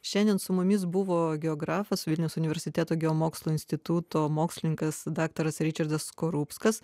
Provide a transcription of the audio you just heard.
šiandien su mumis buvo geografas vilniaus universiteto geomokslų instituto mokslininkas daktaras ričardas skorupskas